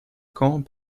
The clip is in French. camp